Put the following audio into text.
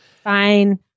fine